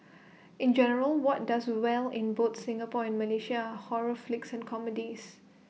in general what does well in both Singapore and Malaysia are horror flicks and comedies